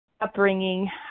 upbringing